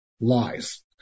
lies